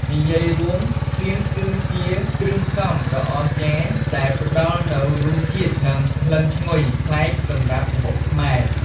និយាយរួម សៀងគឺជាគ្រឿងផ្សំដ៏អស្ចារ្យដែលផ្តល់នូវរសជាតិ និងក្លិនឈ្ងុយប្លែកសម្រាប់ម្ហូបខ្មែរ។